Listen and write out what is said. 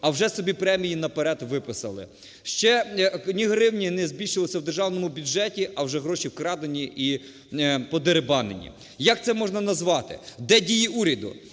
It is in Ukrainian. а вже собі премії наперед виписали. Ще ні гривні не збільшилося у державному бюджеті, а вже гроші вкрадені іподерибанені. Як це можна назвати? Де дії уряду?